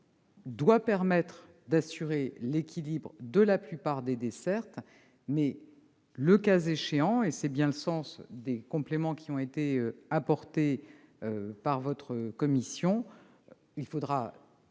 doit permettre l'équilibre de la plupart des dessertes. Le cas échéant, tel est bien le sens des compléments qui ont été apportés par la commission, il faudra prévoir